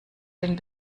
den